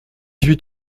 huit